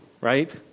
right